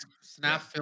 Snap